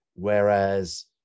Whereas